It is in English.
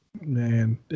Man